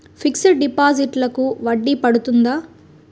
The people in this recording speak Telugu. ఫిక్సడ్ డిపాజిట్లకు వడ్డీ పడుతుందా?